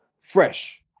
fresh